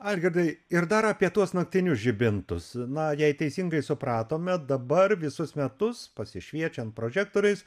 algirdai ir dar apie tuos naktinius žibintus na jei teisingai supratome dabar visus metus pasišviečiant prožektoriais